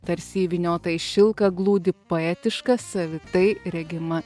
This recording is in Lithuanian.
tarsi įvyniota į šilką glūdi poetiška savitai regima